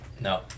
no